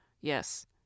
Yes